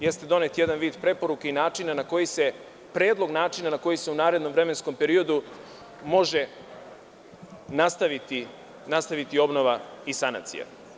Jeste donet jedan vid preporuke i predlog načina na koji se u narednom vremenskom periodu može nastaviti obnova i sanacija.